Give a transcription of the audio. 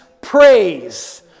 praise